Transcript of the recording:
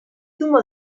zumo